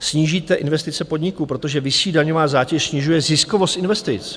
Snížíte investice podniků, protože vyšší daňová zátěž snižuje ziskovost investic.